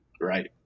right